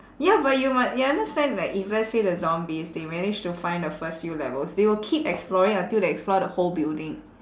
ya but you mu~ you understand like if let's say the zombies they manage to find the first few levels they will keep exploring until they explore the whole building